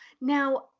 Now